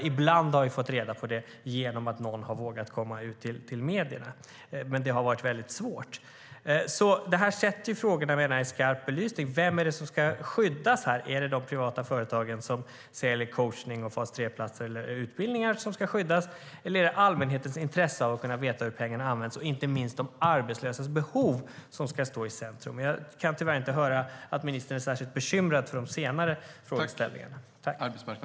Ibland har vi fått reda på det genom att någon har vågat komma ut till medierna - men det har varit svårt. Detta sätter frågorna i skarp belysning. Vem är det som ska skyddas? Är det de privata företagen som säljer coachning, fas 3-platser och utbildningar som ska skyddas, eller är det allmänhetens intresse av att veta hur pengarna används och inte minst de arbetslösas behov som ska stå i centrum? Jag kan tyvärr inte höra att ministern är särskilt bekymrad för de senare frågorna.